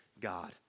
God